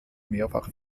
mehrfach